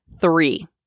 three